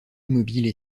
immobiles